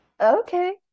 Okay